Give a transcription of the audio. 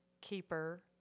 keeper